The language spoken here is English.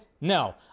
No